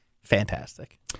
Fantastic